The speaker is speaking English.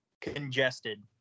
Congested